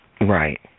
Right